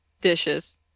dishes